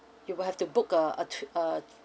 you will have to book a a two err